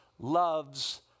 Loves